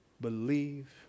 Believe